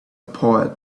poet